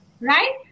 right